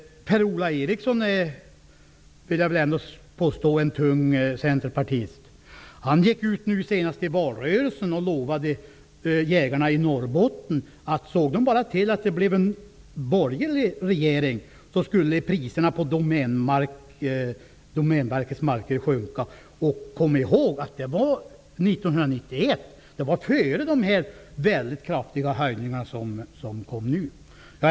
Per Ola Eriksson är väl ändå en tung centerpartist. Han gick ut i den senaste valrörelsen och lovade jägarna i Norrbotten att om de bara såg till att det blev en borgerlig regering, så skulle priserna på Domänverkets marker sjunka. Det var 1991, före de väldigt kraftiga höjningar som kom nu.